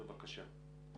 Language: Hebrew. בבקשה.